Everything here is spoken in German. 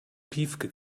piefke